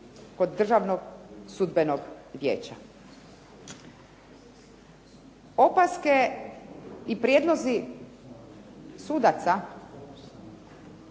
kod Državnog sudbenog vijeća. Opaske i prijedlozi sudaca